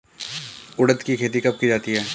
उड़द की खेती कब की जाती है?